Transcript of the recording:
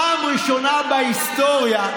פעם ראשונה בהיסטוריה,